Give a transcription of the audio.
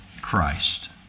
Christ